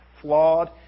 flawed